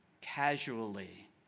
casually